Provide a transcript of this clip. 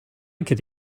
could